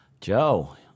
Joe